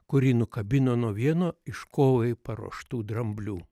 kurį nukabino nuo vieno iš kovai paruoštų dramblių